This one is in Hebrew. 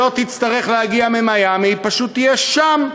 שלא תצטרך להגיע ממיאמי, היא פשוט תהיה שם,